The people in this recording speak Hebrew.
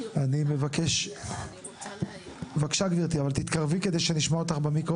חוק שעות עבודה ומנוחה